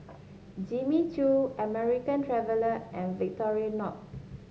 Jimmy Choo American Traveller and Victorinox